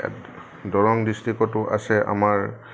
দৰং ডিষ্ট্ৰিক্টতো আছে আমাৰ